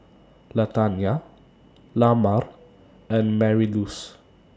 Latanya Lamar and Marylouise